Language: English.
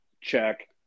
check